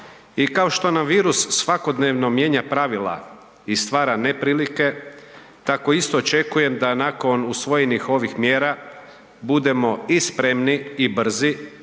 I kao što nam virus svakodnevno mijenja pravila i stvara neprilike, tako isto očekujem da nakon usvojenih ovih mjera budemo i spremni i brzi